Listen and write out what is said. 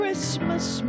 Christmas